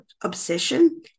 obsession